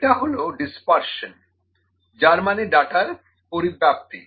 পরেরটা হলো ডিসপারশন যার মানে হলো ডাটার পরিব্যাপ্তি